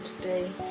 today